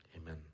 amen